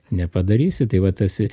nepadarysi tai vat esi